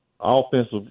offensive